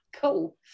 cool